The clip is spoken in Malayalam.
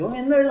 എന്ന് എഴുതാം